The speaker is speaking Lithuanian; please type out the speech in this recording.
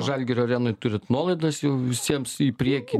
žalgirio arenoj turit nuolaidas jau visiems į priekį